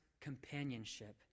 companionship